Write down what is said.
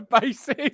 basis